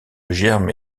germes